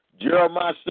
Jeremiah